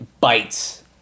bites